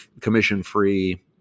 commission-free